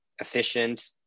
efficient